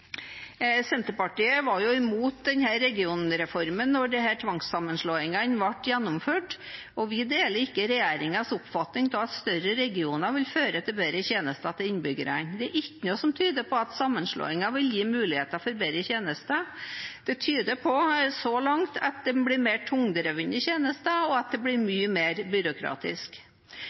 Senterpartiet var jo imot regionreformen da tvangssammenslåingene ble gjennomført. Vi deler ikke regjeringens oppfatning av at større regioner vil føre til bedre tjenester til innbyggerne. Det er ikke noe som tyder på at sammenslåing vil gi muligheter for bedre tjenester. Det tyder på, så langt, at det blir mer tungdrevne tjenester, og at det blir mye mer byråkratisk.